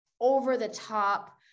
over-the-top